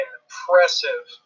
impressive